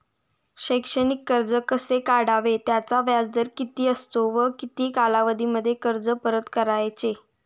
शैक्षणिक कर्ज कसे काढावे? त्याचा व्याजदर किती असतो व किती कालावधीमध्ये कर्ज परत करायचे?